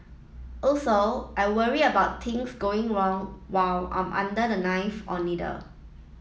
also I worry about things going wrong while I'm under the knife or needle